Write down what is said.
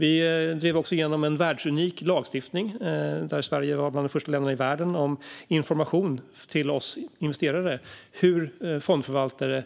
Vi drev också igenom en världsunik lagstiftning, där Sverige blev ett av de första länderna i världen med en lag om information till oss investerare om hur fondförvaltare